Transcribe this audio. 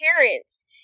parents